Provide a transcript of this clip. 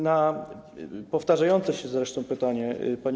Na powtarzające się zresztą pytanie pani